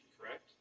correct